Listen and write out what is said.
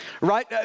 right